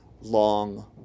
long